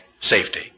safety